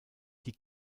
die